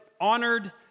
Honored